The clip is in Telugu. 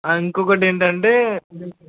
ఇంకొకటి ఏంటంటే